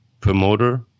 promoter